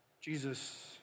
Jesus